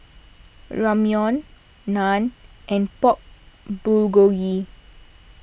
Ramyeon Naan and Pork Bulgogi